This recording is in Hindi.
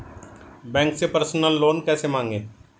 बैंक से पर्सनल लोन कैसे मांगें?